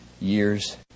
years